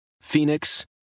Phoenix